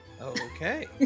okay